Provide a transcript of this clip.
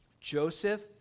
Joseph